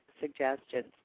suggestions